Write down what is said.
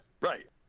Right